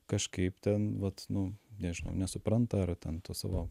kažkaip ten vat nu nežinau nesupranta ar ten tuos savo